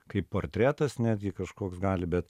kaip portretas netgi kažkoks gali bet